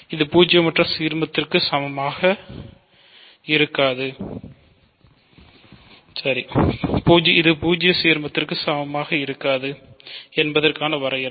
இது பூஜ்ஜிய சீர்மத்திற்கு சமமாக இருக்காது என்பதற்கான வரையறை